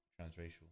transracial